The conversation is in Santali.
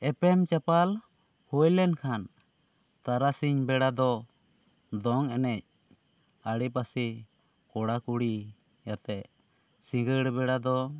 ᱮᱯᱮᱢ ᱪᱟᱯᱟᱞ ᱦᱩᱭ ᱞᱮᱱ ᱠᱷᱟᱱ ᱛᱟᱨᱟᱥᱤᱧ ᱵᱮᱲᱟ ᱫᱚ ᱫᱚᱝ ᱮᱱᱮᱡ ᱟᱲᱮ ᱯᱟᱥᱮ ᱠᱚᱲᱟ ᱠᱩᱲᱤ ᱟᱛᱮᱜ ᱥᱤᱸᱜᱟᱹᱲ ᱵᱮᱲᱟ ᱫᱚ